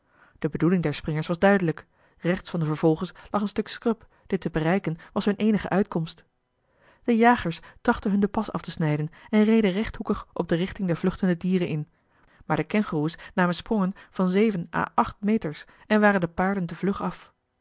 de bedoeling der springers was duidelijk rechts van de vervolgers lag een stuk scrub dit te bereiken was hunne eenige uitkomst de jagers trachtten hun den pas af te snijden en reden rechthoekig op de richting der vluchtende dieren in maar de kengoeroes namen sprongen van zeven à acht meters en waren den paarden te vlug af